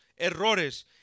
errores